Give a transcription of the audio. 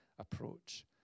approach